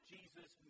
Jesus